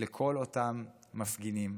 לכל אותם מפגינים,